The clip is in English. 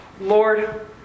Lord